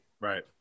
Right